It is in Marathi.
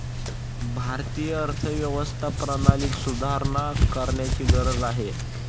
भारतीय अर्थव्यवस्था प्रणालीत सुधारणा करण्याची गरज आहे